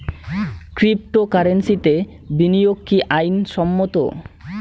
ক্রিপ্টোকারেন্সিতে বিনিয়োগ কি আইন সম্মত?